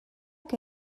que